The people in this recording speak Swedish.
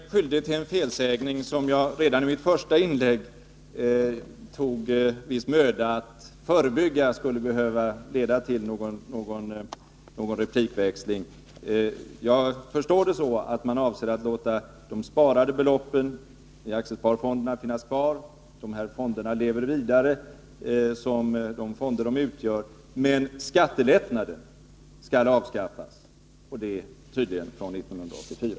Herr talman! Jag gjorde mig skyldig till en felsägning, trots att jag redan i mitt första inlägg lade ned viss möda på att förebygga att en sådan skulle föranleda en replikväxling. Såvitt jag förstår avser regeringen att låta de sparade beloppen i aktiefonderna finnas kvar; fonderna får leva vidare som de är, men skattelättnaden skall tydligen avskaffas från 1984.